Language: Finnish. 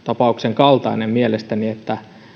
kaltainen mielestäni että